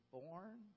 born